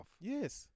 Yes